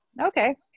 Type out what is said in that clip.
okay